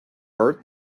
bert